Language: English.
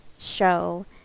show